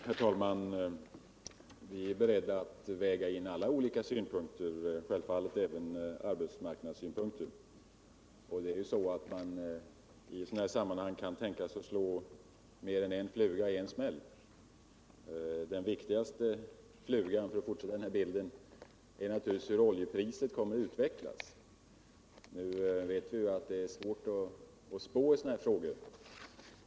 Herr talman! Vi är beredda att väga in alla olika synpunkter vid bedömningen, självfallet då även arbetsmarknadssynpunkter. I ett sådant sammanhang kan man också tänka sig att slå mer än en fluga i en smäll. Den viktigaste ”flugan” — för att fortsätta med den bilden —- är naturligtvis hur oljepriserna kommer att utvecklas. Vi vet ju att det är svårt att spå rätt i sådana frågor.